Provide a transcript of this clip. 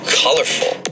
colorful